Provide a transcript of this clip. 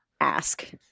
ask